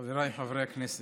חבריי חברי הכנסת,